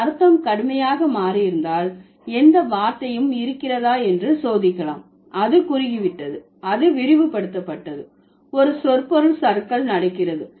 அதன் அர்த்தம் கடுமையாக மாறியிருந்தால் எந்த வார்த்தையும் இருக்கிறதா என்று சோதிக்கலாம் அது குறுகிவிட்டது அது விரிவுபடுத்தப்பட்டது ஒரு சொற்பொருள் சறுக்கல் நடக்கிறது